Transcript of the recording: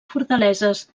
fortaleses